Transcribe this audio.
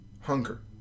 hunger